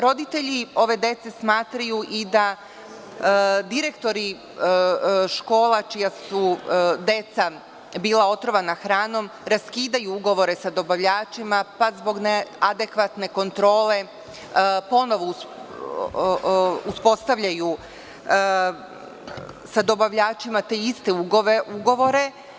Roditelji ove dece smatraju i da direktori škola čija su deca bila otrovana hranom raskidaju ugovore sa dobavljačima, pa zbog neadekvatne kontrole ponovo uspostavljaju sa dobavljačima te iste ugovore.